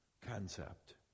concept